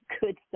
good